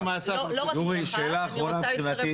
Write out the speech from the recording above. יורי, שאלה אחרונה מבחינתי.